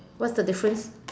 what's the difference